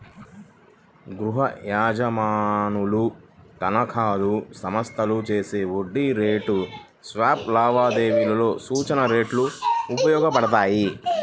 గృహయజమానుల తనఖాలు, సంస్థలు చేసే వడ్డీ రేటు స్వాప్ లావాదేవీలలో సూచన రేట్లు ఉపయోగపడతాయి